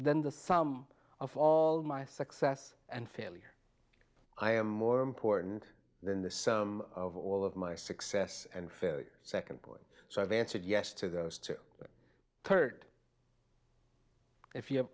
than the sum of all my success and failure i am more important than the sum of all of my success and failure second point so i've answered yes to those two third if you